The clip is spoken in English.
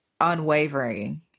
unwavering